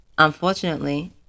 Unfortunately